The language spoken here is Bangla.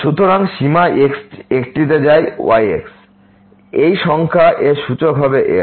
সুতরাং সীমা x একটিতে যায় y এই সংখ্যা এর সূচক হবে L